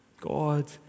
God